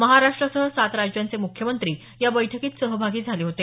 महाराष्ट्रासह सात राज्यांचे मुख्यमंत्री या बैठकीत सहभागी झाले होते